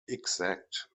exact